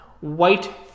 white